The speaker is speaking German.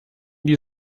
die